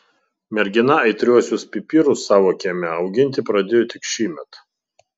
mergina aitriuosius pipirus savo kieme auginti pradėjo tik šįmet